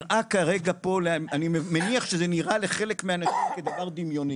אני מניח שזה נראה לחלק מהאנשים כדבר דמיוני,